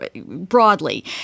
broadly